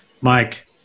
Mike